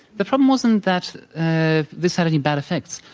the problem wasn't that this had any bad effects.